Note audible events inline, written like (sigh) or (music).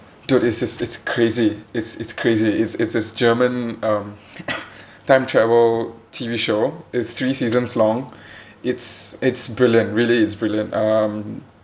dude it's it's it's crazy it's it's crazy it's it's this german uh (coughs) time travel T_V show it's three seasons long (breath) it's it's brilliant really it's brilliant um